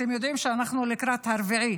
אתם יודעים שאנחנו לקראת הרביעי